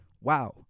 Wow